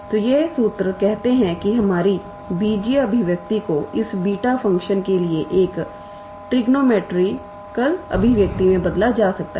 तो ये सूत्र कहते हैं कि हमारी बीजीय अभिव्यक्ति को इस बीटा फ़ंक्शन के लिए एक ट्रिग्नोमेट्री कलअभिव्यक्ति में बदला जा सकता है